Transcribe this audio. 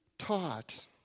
taught